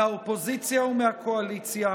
מהאופוזיציה ומהקואליציה,